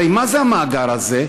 הרי מה זה המאגר הזה?